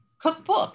cookbook